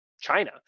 China